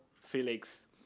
Felix